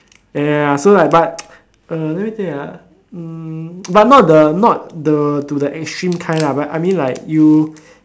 ya ya ya so I buy uh let me think ah but not the not the to the extreme kind lah I mean like you